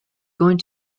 going